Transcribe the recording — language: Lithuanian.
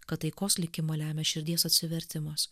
kad taikos likimą lemia širdies atsivertimas